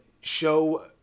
show